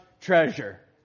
treasure